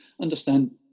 understand